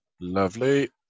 Lovely